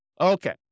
Okay